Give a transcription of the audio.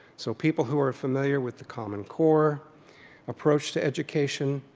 so people who are familiar with the common core approach to education,